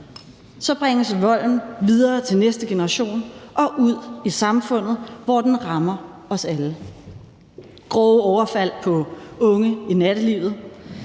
bringes volden videre til næste generation og ud i samfundet, hvor den rammer os alle – grove overfald på unge i nattelivet,